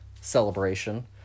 celebration